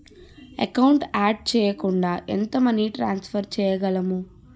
Account add చేయకుండా ఎంత money transfer చేయగలము?